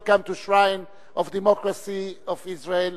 Welcome to the shrine of democracy of Israel.